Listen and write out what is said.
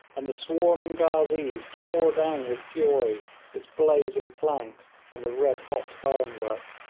and the swarming ghazees tore down with fury its blazing planks and the red-hot ironwork.